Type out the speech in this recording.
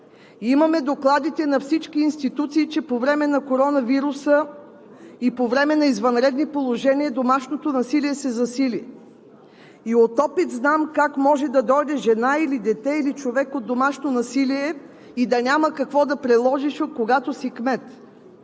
Имаме докладите на всички институции, че по време на коронавируса и по време на извънредни положения домашното насилие се засили. От опит знам как може да дойде жена, дете, човек от домашно насилие и да няма какво да приложиш, когато си кмет.